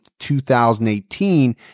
2018